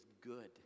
good